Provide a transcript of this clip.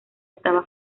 estaba